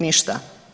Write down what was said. Ništa.